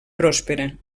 pròspera